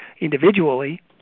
individually